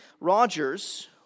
Rogers